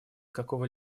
какого